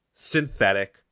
Synthetic